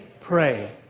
Pray